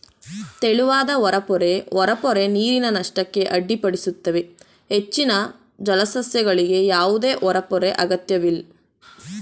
ತೆಳುವಾದ ಹೊರಪೊರೆ ಹೊರಪೊರೆ ನೀರಿನ ನಷ್ಟಕ್ಕೆ ಅಡ್ಡಿಪಡಿಸುತ್ತವೆ ಹೆಚ್ಚಿನ ಜಲಸಸ್ಯಗಳಿಗೆ ಯಾವುದೇ ಹೊರಪೊರೆ ಅಗತ್ಯವಿಲ್ಲ